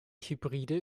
hybride